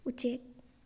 ꯎꯆꯦꯛ